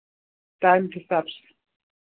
time के हिसाब से